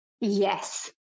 Yes